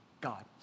God